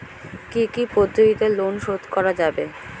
কি কি পদ্ধতিতে লোন শোধ করা যাবে?